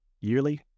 Yearly